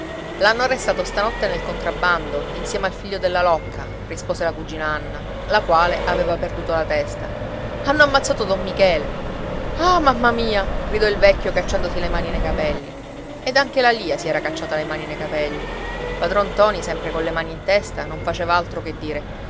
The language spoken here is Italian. l'hanno arrestato stanotte nel contrabbando insieme al figlio della locca rispose la cugina anna la quale aveva perduto la testa hanno ammazzato don michele ah mamma mia gridò il vecchio cacciandosi le mani nei capelli ed anche la lia si era cacciate le mani nei capelli padron ntoni sempre colle mani in testa non faceva altro che dire